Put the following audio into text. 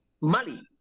Mali